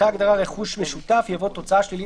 1968‏;"; (6)אחרי ההגדרה "רכוש משותף" יבוא: ""תוצאה שלילית